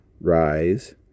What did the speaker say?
Rise